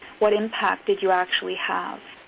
what impacts did you actually have?